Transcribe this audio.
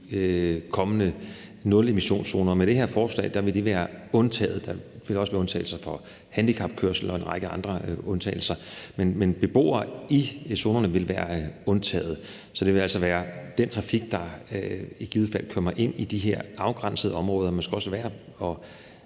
kommende nulemissionszoner. Med det her forslag vil de være undtaget det. Der vil også være undtagelser for handicapkørsel, og der er en række andre undtagelser. Men beboere i zonerne vil være undtaget, så det vil altså være den trafik, der i givet fald kommer ind i de her afgrænsede områder. Det er måske også værd at